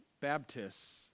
Baptists